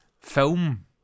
film